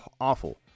awful